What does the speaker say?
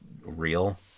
real